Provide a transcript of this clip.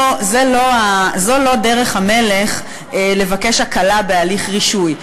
זו לא דרך המלך, לבקש הקלה בהליך רישוי.